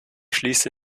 schließe